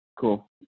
Cool